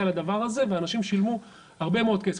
לדבר הזה ואנשים שילמו הרבה מאוד כסף.